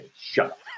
Shut